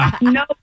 No